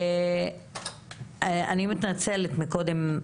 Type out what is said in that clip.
שהוא קריטי וחשוב לעולמם של ילדים ונוער היום.